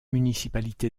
municipalité